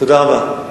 תודה רבה.